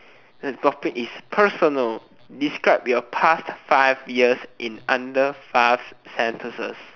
the topic is personal describe your past five years in under five sentences